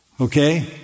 Okay